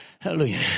Hallelujah